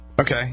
Okay